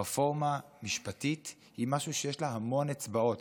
רפורמה משפטית היא משהו שיש לה המון אצבעות.